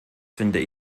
finde